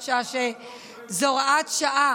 זו הוראת שעה